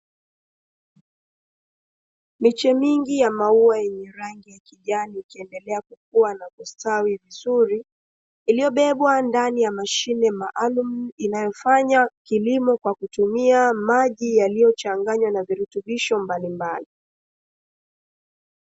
Miche mingi ya maua yenye rangi ya kijani ikiendelea kukua na kustawi vizuri, iliyobebwa ndani ya mashine maalumu inayofanya kilimo kwa kutumia maji yaliyochanganywa na virutubisho mbalimbali.